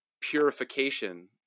purification